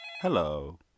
Hello